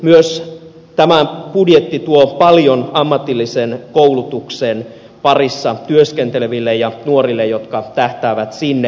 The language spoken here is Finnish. myös tämä budjetti tuo paljon ammatillisen koulutuksen parissa työskenteleville ja nuorille jotka tähtäävät sinne